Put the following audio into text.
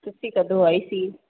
ਤੁਸੀਂ ਕਦੋਂ ਆਏ ਸੀ